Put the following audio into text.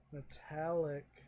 Metallic